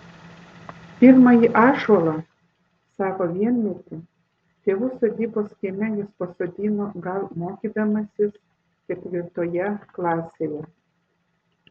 pirmąjį ąžuolą savo vienmetį tėvų sodybos kieme jis pasodino gal mokydamasis ketvirtoje klasėje